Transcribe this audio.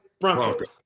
Broncos